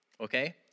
okay